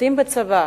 משרתים בצבא,